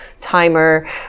timer